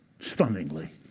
stunningly,